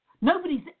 Nobody's